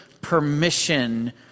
permission